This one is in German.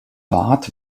wart